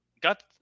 got